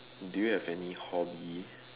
do you have any hobby